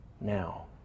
now